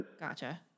Gotcha